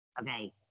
okay